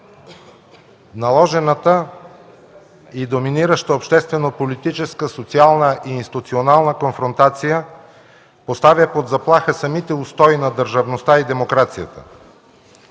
Наложената и доминираща обществено-политическа, социална и институционална конфронтация поставя под заплаха самите устои на държавността и демокрацията.